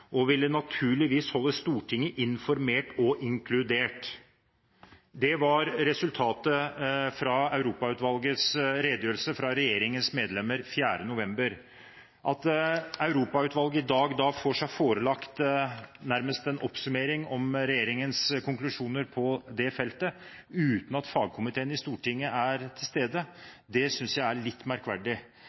naturligvis ville holde Stortinget informert og inkludert. Det var resultatet fra Europautvalgets redegjørelse, fra regjeringens medlemmer, 4. november. At Europautvalget i dag får seg forelagt nærmest en oppsummering om regjeringens konklusjoner på det feltet, uten at fagkomiteen i Stortinget er til stede, synes jeg er litt merkverdig.